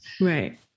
Right